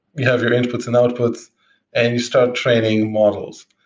we have your inputs and outputs and you start training models.